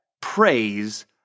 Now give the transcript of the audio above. praise